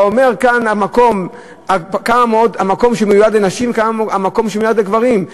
אומר: כאן המקום שמיועד לנשים וכאן המקום שמיועד לגברים?